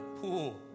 pool